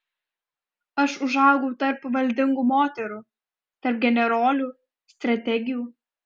aš užaugau tarp valdingų moterų tarp generolių strategių